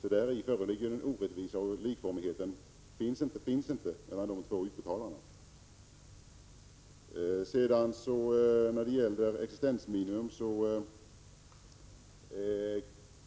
Där föreligger således en orättvisa, och det finns inte någon likformighet mellan de två utbetalarna. När det sedan gäller existensminimum